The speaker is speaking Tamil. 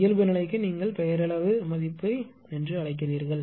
இயல்பு நிலைக்கு நீங்கள் பெயரளவு மதிப்பு என்று அழைக்கிறீர்கள்